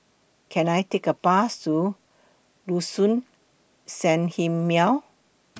Can I Take A Bus to Sanhemiao